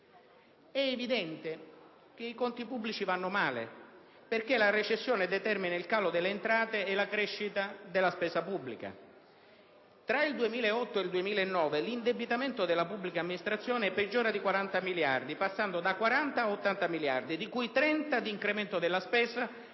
È evidente che i conti pubblici vanno male, perché la recessione determina il calo delle entrate e la crescita della spesa pubblica. Tra il 2008 e il 2009 l'indebitamento della pubblica amministrazione peggiora di 40 miliardi, passando da 40 a 80 miliardi, di cui 30 di incremento della spesa